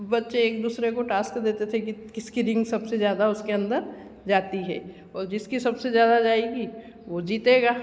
बच्चे एक दूसरे को टास्क देते थे कि किसकी रिंग सबसे ज़्यादा उसके अंदर जाती है जिसकी सबसे ज़्यादा जाएगी वो जीतेगा